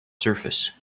surface